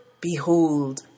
behold